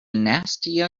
nastya